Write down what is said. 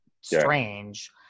strange